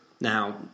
Now